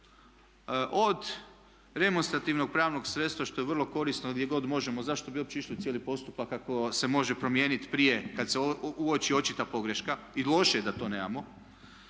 od remonstrativnog pravnog sredstva što je vrlo korisno gdje god možemo, zašto bi uopće išli u cijeli postupak ako se može promijeniti prije kada se uoči očita pogreška i loše je da to nemamo,